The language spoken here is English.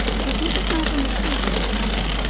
was mrs. malcolm macpherson in church?